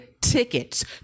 tickets